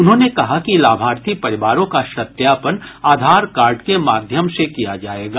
उन्होंने कहा कि लाभार्थी परिवारों का सत्यापन आधार कार्ड के माध्यम से किया जायेगा